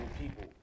people